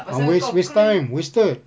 ah waste waste time wasted